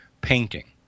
painting